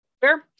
Fair